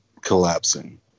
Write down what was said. collapsing